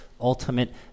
ultimate